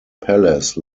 palace